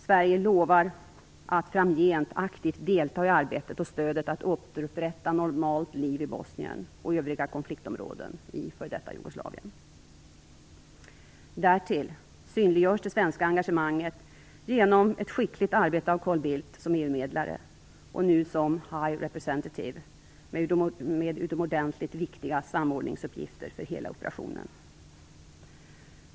Sverige lovar att framgent aktivt delta i arbetet och att ge stöd till att återupprätta normalt liv i Bosnien-Hercegovina och i övriga konfliktområden i f.d. Jugoslavien. Därtill synliggörs det svenska engagemanget genom skickligt arbete av Carl Bildt som EU-medlare och nu som "high representative" med utomordentligt viktiga samordningsuppgifter för hela operationen.